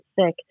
sick